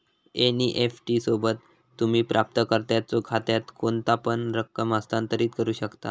NEFT सोबत, तुम्ही प्राप्तकर्त्याच्यो खात्यात कोणतापण रक्कम हस्तांतरित करू शकता